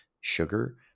sugar